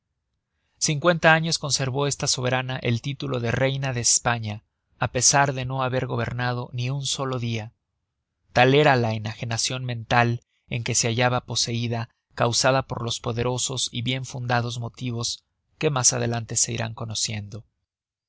cincuenta años conservó esta soberana el título de reina de españa á pesar de no haber gobernado ni un solo dia tal era la enagenacion mental de que se hallaba poseida causada por los poderosos y bien fundados motivos que mas adelante se irán conociendo